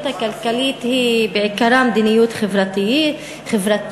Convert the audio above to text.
הכלכלית היא בעיקרה מדיניות חברתית,